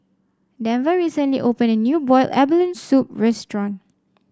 Denver recently opened a new Boiled Abalone Soup restaurant